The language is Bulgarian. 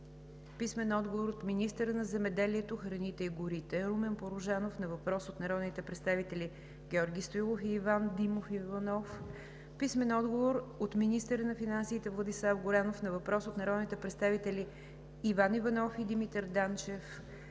Димов Иванов; - министъра на земеделието, храните и горите Румен Порожанов на въпрос от народните представители Георги Стоилов и Иван Димов Иванов; - министъра на финансите Владислав Горанов на въпрос от народните представители Иван Иванов и Димитър Данчев;